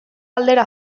aldera